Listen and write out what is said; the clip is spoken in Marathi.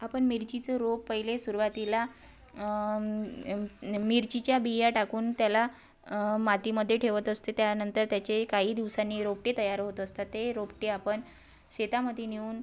आपण मिरचीचं रोप पहिले सुरुवातीला मिरचीच्या बिया टाकून त्याला मातीमध्ये ठेवत असते त्यानंतर त्याचे काही दिवसांनी रोपटे तयार होत असतात ते रोपटे आपण शेतामध्ये नेऊन